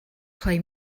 play